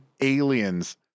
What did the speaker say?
Aliens